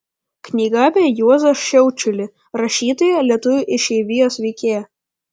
knyga apie juozą šiaučiulį rašytoją lietuvių išeivijos veikėją